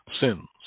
sins